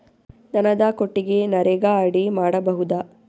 ದನದ ಕೊಟ್ಟಿಗಿ ನರೆಗಾ ಅಡಿ ಮಾಡಬಹುದಾ?